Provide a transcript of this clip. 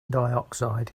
dioxide